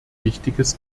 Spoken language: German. wichtiges